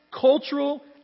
cultural